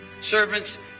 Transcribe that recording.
servants